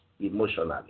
emotionally